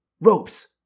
Ropes